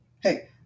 Hey